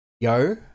Yo